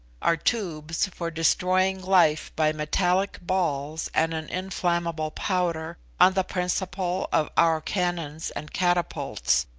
are tubes for destroying life by metallic balls and an inflammable powder, on the principle of our cannons and catapults,